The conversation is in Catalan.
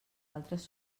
altres